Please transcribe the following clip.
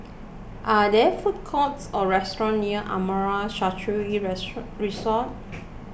are there food courts or restaurants near Amara Sanctuary Resort